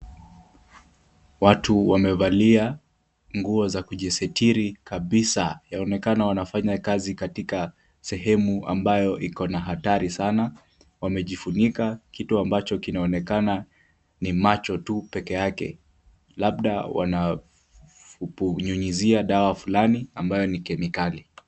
Watu wamevalia nguo za kujistiri kabisa. Yaonekana wanafanya kazi katika sehemu ambayo iko na hatari sana. Wamejifunika, kitu ambacho kinaonekana ni macho tu peke yake . Labda, wananyunyuzia dawa fulani ambayo ni kemikali.